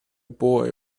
boy